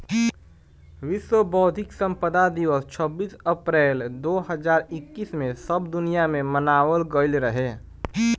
विश्व बौद्धिक संपदा दिवस छब्बीस अप्रैल दो हज़ार इक्कीस में सब दुनिया में मनावल गईल रहे